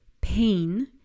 pain